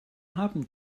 haben